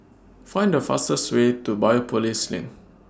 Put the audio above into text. Find The fastest Way to Biopolis LINK